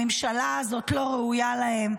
הממשלה הזאת לא ראויה להם.